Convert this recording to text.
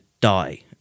die